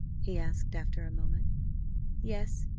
he asked after a moment yes,